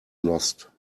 lost